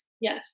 Yes